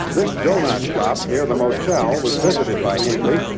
this doughnut shop near the motel was visited by hinckley,